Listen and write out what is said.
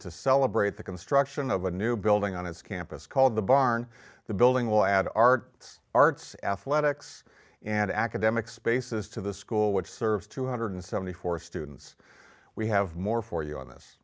to celebrate the construction of a new building on its campus called the barn the building will add arts arts athletics and academic spaces to the school which serves two hundred seventy four students we have more for you on this